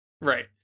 Right